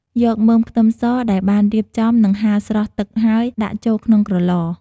យកមើមខ្ទឹមសដែលបានរៀបចំ និងហាលស្រស់ទឹកហើយ ដាក់ចូលក្នុងក្រឡ។